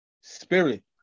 spirit